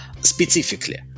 specifically